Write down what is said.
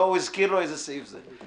לא, הוא הזכיר לו איזה סעיף זה.